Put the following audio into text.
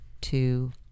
two